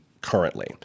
currently